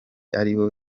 aribo